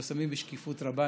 ומפורסמים בשקיפות רבה.